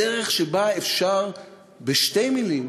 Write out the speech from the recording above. בדרך שבה אפשר בשתי מילים